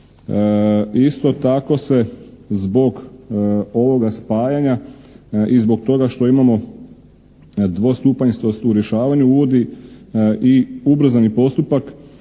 Isto tako se zbog ovoga spajanja i zbog toga što imamo dvostupanjsnost u rješavanju uvodi i ubrzani postupak